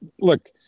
look